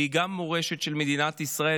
והיא גם המורשת של מדינת ישראל,